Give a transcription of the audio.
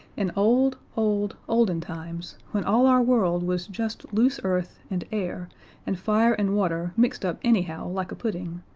in old, old, olden times, when all our world was just loose earth and air and fire and water mixed up anyhow like a pudding,